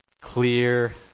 clear